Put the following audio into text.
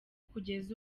kugeza